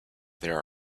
there